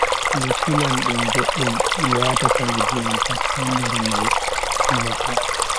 Mi silan dum boddum, mi wata kareji am pat ha nder mi mabba.